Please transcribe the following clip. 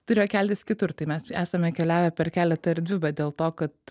turėjo keltis kitur tai mes esame keliavę per keletą erdvių bet dėl to kad